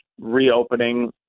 reopening